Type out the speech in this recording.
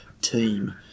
team